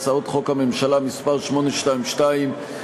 ה"ח הממשלה מס' 822,